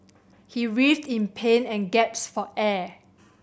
he writhed in pain and gasped for air